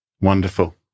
Wonderful